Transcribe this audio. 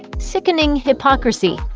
sickening hypocrisy.